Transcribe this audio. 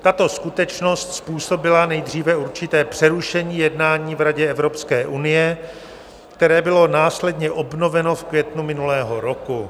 Tato skutečnost způsobila nejdříve určité přerušení jednání v Radě EU, které bylo následně obnoveno v květnu minulého roku.